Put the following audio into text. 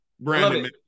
Brandon